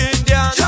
Indian